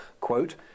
quote